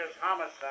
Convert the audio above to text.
homicide